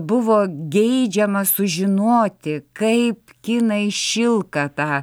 buvo geidžiama sužinoti kaip kinai šilką tą